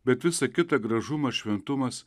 bet visa kita gražumas šventumas